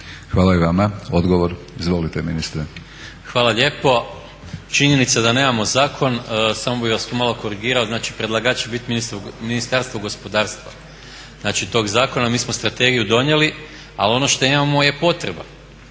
Hvala i vama. Odgovor, izvolite ministre. **Maras, Gordan (SDP)** Hvala lijepo. Činjenica je da nemamo zakon, samo bih vas malo korigirao, znači predlagač će bit Ministarstvo gospodarstva, znači tog zakona. Mi smo strategiju donijeli, ali ono što imamo je potreba,